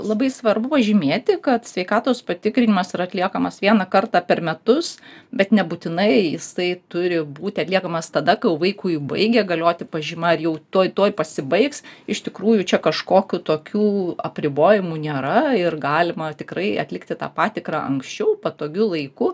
labai svarbu pažymėti kad sveikatos patikrinimas yra atliekamas vieną kartą per metus bet nebūtinai jis tai turi būti atliekamas tada kai jau vaikui baigia galioti pažyma ir jau tuoj tuoj pasibaigs iš tikrųjų čia kažkokių tokių apribojimų nėra ir galima tikrai atlikti tą patikrą anksčiau patogiu laiku